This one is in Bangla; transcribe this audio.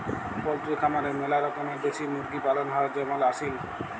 পল্ট্রি খামারে ম্যালা রকমের দেশি মুরগি পালন হ্যয় যেমল আসিল